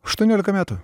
aštuoniolika metų